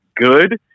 good